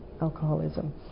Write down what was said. alcoholism